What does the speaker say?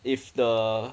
if the